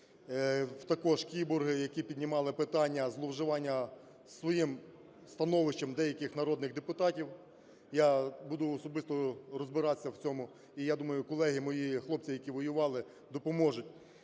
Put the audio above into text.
також кіборги, які піднімали питання зловживання своїм становищем деяких народних депутатів. Я буду особисто розбиратися в цьому. І я думаю, колеги, мої хлопці, які воювали, допоможуть.